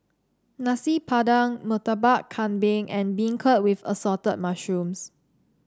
Nasi Padang Murtabak Kambing and beancurd with Assorted Mushrooms